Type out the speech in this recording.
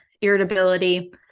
irritability